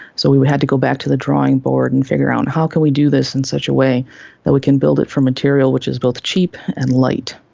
so we we had to go back to the drawing board and figure out how can we do this in such a way that we can build it from material which is both cheap and light.